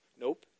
nope